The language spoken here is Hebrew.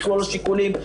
מכלול השיקולים.